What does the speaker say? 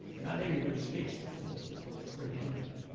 not everybody speaks the full the full three anyway.